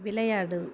விளையாடு